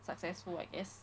successful I guess